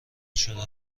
شده